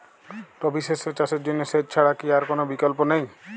রবি শস্য চাষের জন্য সেচ ছাড়া কি আর কোন বিকল্প নেই?